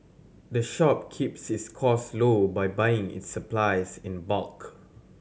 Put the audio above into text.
the shop keeps its cost low by buying its supplies in bulk